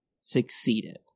succeeded